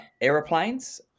Aeroplanes